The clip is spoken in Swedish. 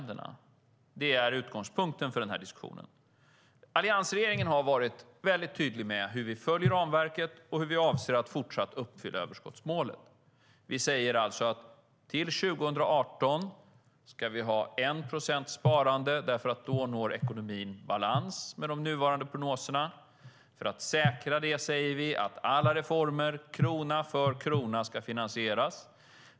Det är utgångspunkten för denna diskussion. Alliansregeringen har varit tydlig med hur vi följer ramverket och hur vi avser att fortsätta uppfylla överskottsmålet. Till 2018 ska vi ha 1 procents sparande, för då når ekonomin balans med de nuvarande prognoserna. För att säkra detta ska alla reformer finansieras krona för krona.